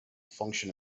function